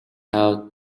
out